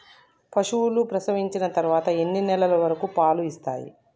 పశువులు ప్రసవించిన తర్వాత ఎన్ని నెలల వరకు పాలు ఇస్తాయి?